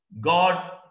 God